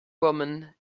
woman